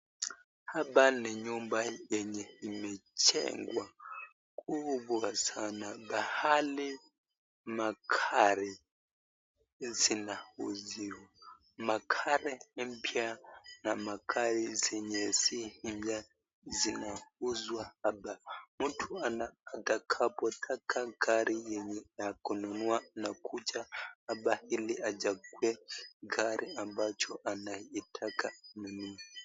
Hapa ni nyumba yenye imejengwa kubwa sana pahali magari zinauziwa, magari mpya na magarazi zenye sio mpya zinauzwa hapa, mtu atakapo gari yenye ya kununua unaluja hapa ili achague gari ambacho anaitaka anunue.